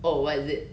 oh what is it